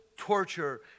torture